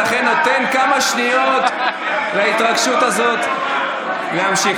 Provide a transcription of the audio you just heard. ולכן אתן כמה שניות להתרגשות הזאת להמשיך.